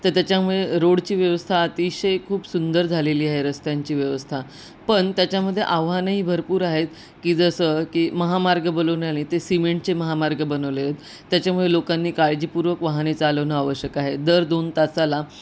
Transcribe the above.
तर त्याच्यामुळे रोडची व्यवस्था अतिशय खूप सुंदर झालेली आहे रस्त्यांची व्यवस्था पण त्याच्यामध्ये आव्हानंही भरपूर आहेत की जसं की महामार्ग बनवून आली ते सिमेंटचे महामार्ग बनवले आहेत त्याच्यामुळे लोकांनी काळजीपूर्वक वाहने चालवणं आवश्यक आहे दर दोन तासाला